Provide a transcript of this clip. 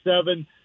seven